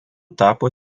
tapo